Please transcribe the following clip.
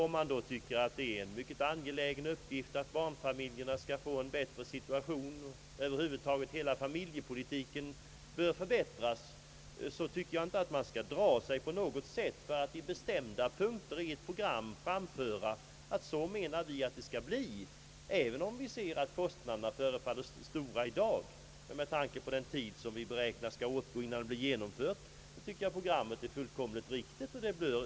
Om man då tycker att det är en mycket angelägen uppgift att förbättra barnfamiljernas situation och över huvud taget hela familjepolitiken, anser jag inte att man på något sätt skall dra sig för att i bestämda punkter i ett program framföra, hur man menar att det skall bli — även om man ser att kostnaderna förefaller stora i dag. Med hänsyn till den tid som vi beräknar skall åtgå innan programmet blir genomfört tycker jag att programmet är fullkomligt riktigt.